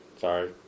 Sorry